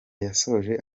yasoje